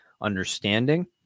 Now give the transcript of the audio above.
understanding